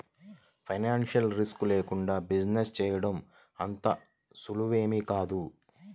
financial risk లేకుండా business చేయడం అంత సులువేమీ కాదు